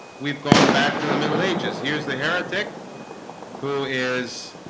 we've gone back to the middle ages, here's the heretic who is